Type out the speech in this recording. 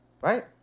Right